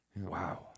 Wow